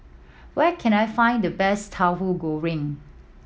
where can I find the best Tauhu Goreng